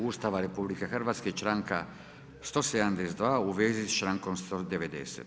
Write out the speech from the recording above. Ustava RH i članka 172. u vezi sa člankom 190.